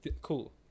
cool